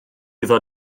iddo